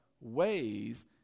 ways